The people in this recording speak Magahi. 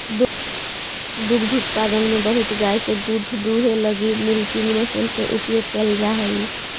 दुग्ध उत्पादन में बहुत गाय के दूध दूहे लगी मिल्किंग मशीन के उपयोग कैल जा हई